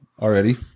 already